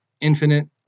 infinite